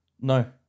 No